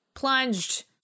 plunged